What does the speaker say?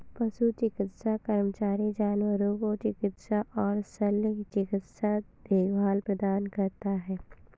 पशु चिकित्सा कर्मचारी जानवरों को चिकित्सा और शल्य चिकित्सा देखभाल प्रदान करता है